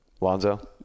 Lonzo